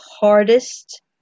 hardest